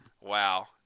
Wow